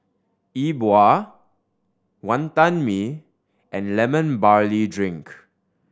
E Bua Wantan Mee and Lemon Barley Drink